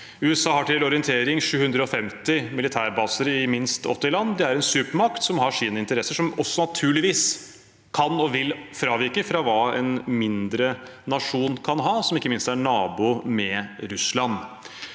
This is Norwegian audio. USA har til orientering 750 militærbaser i minst 80 land. De er en supermakt og har sine interesser som na turligvis kan og vil fravike fra dem en mindre nasjon kan ha, ikke minst en som er nabo med Russland.